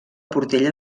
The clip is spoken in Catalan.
portella